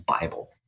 Bible